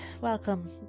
welcome